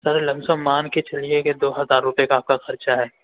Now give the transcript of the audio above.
سر lump sum مان کے چلیے کہ دو ہزار روپئے کا آپ کا خرچہ ہے